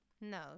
no